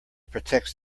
protects